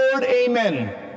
Amen